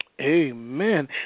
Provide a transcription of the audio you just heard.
Amen